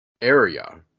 area